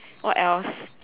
what else